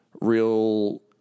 real